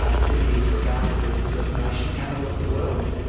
ah sydney is regarded as the defamation capital of the world,